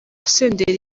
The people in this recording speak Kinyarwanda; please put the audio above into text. senderi